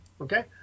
Okay